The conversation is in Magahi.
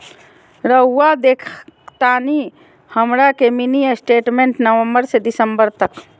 रहुआ देखतानी हमरा के मिनी स्टेटमेंट नवंबर से दिसंबर तक?